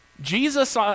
Jesus